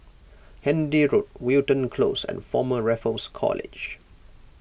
Handy Road Wilton Close and Former Raffles College